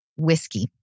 whiskey